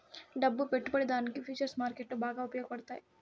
డబ్బు పెట్టుబడిదారునికి ఫుచర్స్ మార్కెట్లో బాగా ఉపయోగపడతాయి